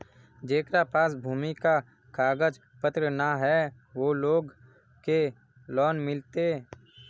जेकरा पास भूमि का कागज पत्र न है वो लोग के लोन मिलते?